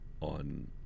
on